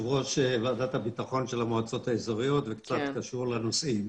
ועדת הביטחון של המועצות האזוריות וקצת קשור לנושאים.